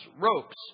ropes